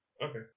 Okay